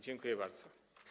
Dziękuję bardzo.